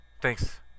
Thanks